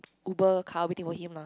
uber car waiting for him lah